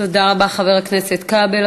תודה רבה, חבר הכנסת כבל.